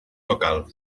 local